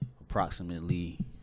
approximately